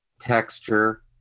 texture